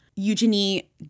Eugenie